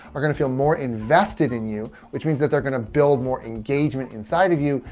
are going to feel more invested in you, which means that they're going to build more engagement inside of you,